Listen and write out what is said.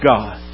God